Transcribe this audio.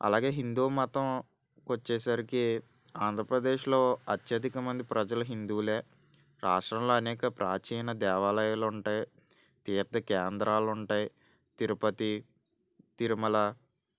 అలాగే హిందూ మతంకు వచ్చేసరికి ఆంధ్రప్రదేశ్లో అత్యధికమంది ప్రజలు హిందువులు రాష్ట్రంలో అనేక ప్రాచీన దేవాలయాలు ఉంటాయి తీర్థ కేంద్రాలు ఉంటాయి తిరుపతి తిరుమల